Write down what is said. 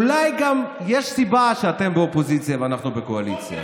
אולי גם יש סיבה שאתם באופוזיציה ואנחנו בקואליציה.